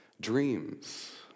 dreams